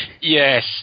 Yes